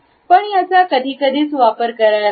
पण याचा कधी कधीच वापर करायला हवा